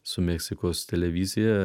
su meksikos televizija